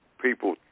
people